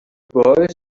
boy